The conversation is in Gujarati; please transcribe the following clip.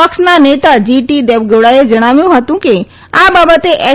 પક્ષના નેતા જીટી દેવેગૌડાએ જણાવ્યું હતું કે આ બાબતે એચ